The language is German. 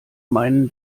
meinen